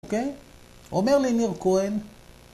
אוקיי? אומר לי ניר כהן,